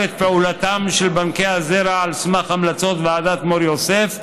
את פעולתם של בנקי הזרע על סמך המלצות ועדת מור יוסף,